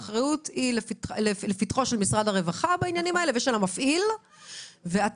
האחריות היא לפתחו של משרד הרווחה ושל המפעיל ואתם